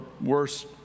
worse